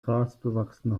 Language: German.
grasbewachsene